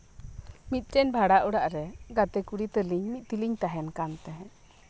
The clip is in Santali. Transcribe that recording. ᱢᱤᱫᱴᱮᱱ ᱵᱷᱟᱲᱟ ᱚᱲᱟᱜ ᱨᱮ ᱜᱟᱛᱮ ᱠᱩᱲᱤ ᱛᱟᱹᱞᱤᱧ ᱢᱤᱫ ᱛᱮᱞᱤᱧ ᱛᱟᱸᱦᱮᱱ ᱠᱟᱱ ᱛᱟᱸᱦᱮᱫ